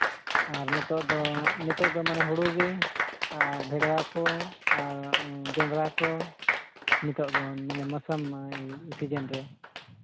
ᱟᱨ ᱱᱤᱛᱚᱜ ᱫᱚ ᱟᱨ ᱱᱤᱛᱚᱜ ᱫᱚ ᱢᱟᱱᱮ ᱦᱩᱲᱩᱜᱮ ᱟᱨ ᱵᱷᱮᱸᱰᱨᱟ ᱠᱚ ᱟᱨ ᱡᱚᱸᱰᱨᱟ ᱠᱚ ᱱᱤᱛᱚᱜ ᱫᱚ ᱥᱤᱡᱤᱱ ᱨᱮ